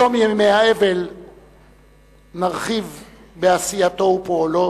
בתום ימי האבל נרחיב בעשייתו ופועלו